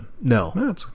No